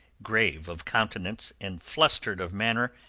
grave of countenance and flustered of manner,